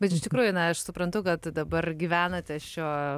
bet iš tikrųjų na aš suprantu kad dabar gyvenate šiuo